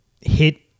hit